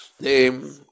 name